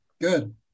Good